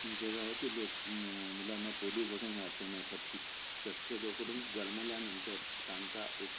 आमच्या गावातील लोक मुलांना पोलिओपासून वाचवण्यासाठी शक्यतोकरून जन्मल्यानंतर सांगता एक